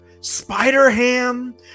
Spider-Ham